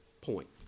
point